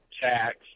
tax